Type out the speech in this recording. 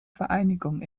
vereinigung